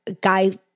guy